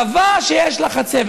קבע שיש חצבת.